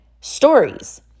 stories